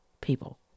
people